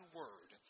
word